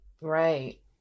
Right